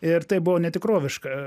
ir tai buvo netikroviška